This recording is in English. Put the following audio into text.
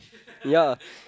ya